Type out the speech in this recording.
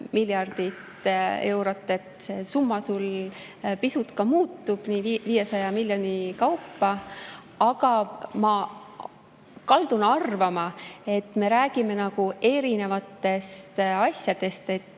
miljardit eurot. See summa sul pisut ka muutub, nii 500 miljoni kaupa. Aga ma kaldun arvama, et me räägime erinevatest asjadest.